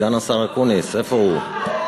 סגן השר אקוניס, איפה הוא?